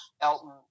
Elton